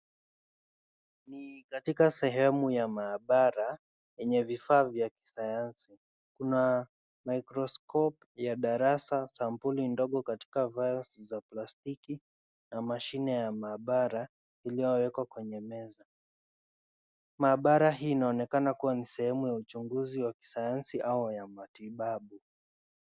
Katika sehemu ya maabara enye vifaa vya kisayansi. Kuna mikroskopu ya darasa, sampuli ndogo katika vowels za plastiki na mashine ya maabara iliyowekwa kwenye meza. Maabara hii inaonekana kuwa ni sehemuya uchunguzi ya kisayansi au ya matibabu.